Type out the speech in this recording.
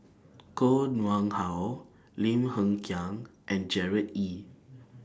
Koh Nguang How Lim Hng Kiang and Gerard Ee